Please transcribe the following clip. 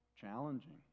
challenging